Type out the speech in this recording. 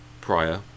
prior